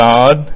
God